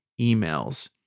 emails